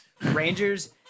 Rangers